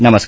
नमस्कार